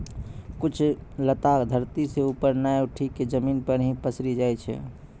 कुछ लता धरती सं ऊपर नाय उठी क जमीन पर हीं पसरी जाय छै